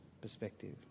perspective